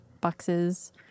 boxes